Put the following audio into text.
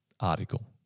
article